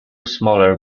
smaller